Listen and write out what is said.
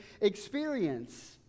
experience